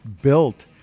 built